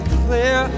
clear